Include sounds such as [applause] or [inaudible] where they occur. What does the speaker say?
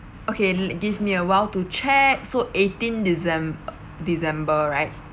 okay give me a while to check so eighteen decem~ [noise] december right